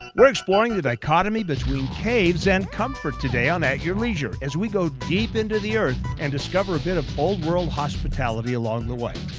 we're exploring the dichotomy between caves and comfort today on at your leisure as we go deep into the earth and discover a bit of old world hospitality along the way.